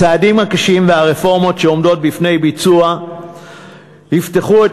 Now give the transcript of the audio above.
הצעדים הקשים והרפורמות שעומדות בפני ביצוע יפתחו את